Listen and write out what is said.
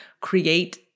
create